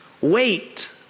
wait